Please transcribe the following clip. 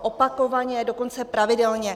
Opakovaně, dokonce pravidelně.